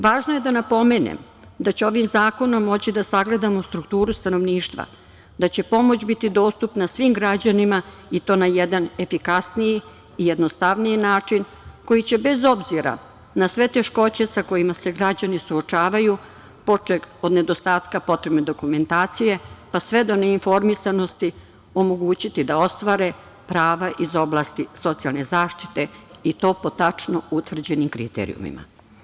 Važno je da napomenem da će ovim zakonom moći da sagledamo strukturu stanovništva, da će pomoć biti dostupna svim građanima i to na jedan efikasniji i jednostavniji način koji će bez obzira na sve teškoće sa kojima se građani suočavaju, počev od nedostatka potrene dokumentacije pa sve do ne informisanosti omogućiti da ostvare prava iz oblasti socijalne zaštite i to po tačno utvrđenim kriterijumima.